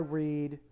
read